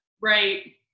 Right